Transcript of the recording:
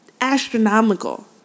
astronomical